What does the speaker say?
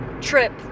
trip